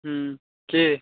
ठीक